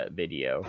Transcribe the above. video